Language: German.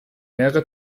mehrere